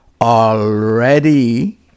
already